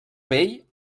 vell